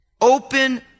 Open